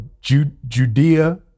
Judea